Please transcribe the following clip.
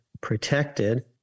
protected